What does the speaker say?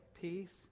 peace